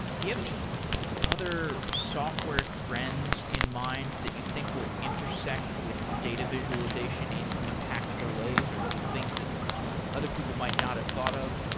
do you have any other software trends in mind that you think will intersect with data visualization in impactful ways, or things that other people might not have thought of?